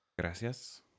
Gracias